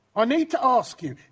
ah need to ask you